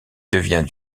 devient